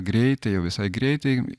greitai jau visai greitai